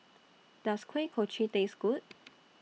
Does Kuih Kochi Taste Good